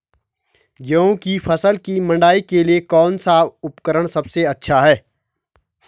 गेहूँ की फसल की मड़ाई के लिए कौन सा उपकरण सबसे अच्छा है?